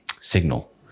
signal